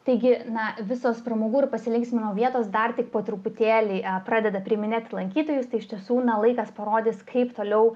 taigi na visos pramogų ir pasilinksminimų vietos dar tik po truputėlį pradeda priiminėti lankytojus tai iš tiesų na laikas parodys kaip toliau